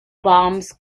bombs